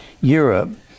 Europe